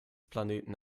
planeten